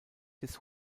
des